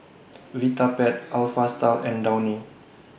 Vitapet Alpha Style and Downy